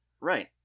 Right